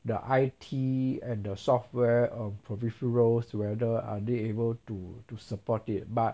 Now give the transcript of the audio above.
the I_T and the software um peripherals together are they able to to support it but